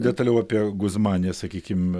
detaliau apie guzmaniją sakykim